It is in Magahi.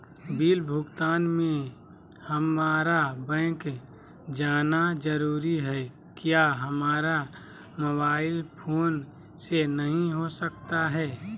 बिल भुगतान में हम्मारा बैंक जाना जरूर है क्या हमारा मोबाइल फोन से नहीं हो सकता है?